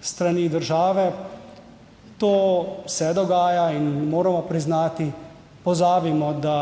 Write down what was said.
strani države, to se dogaja in moramo priznati, pozabimo, da